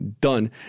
Done